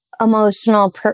emotional